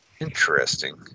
Interesting